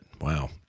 Wow